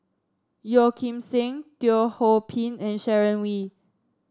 Yeo Kim Seng Teo Ho Pin and Sharon Wee